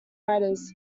writers